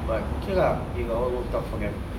but okay lah it all worked out for them